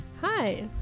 Hi